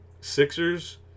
Sixers